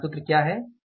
तो यहाँ सूत्र क्या है